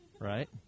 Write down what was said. Right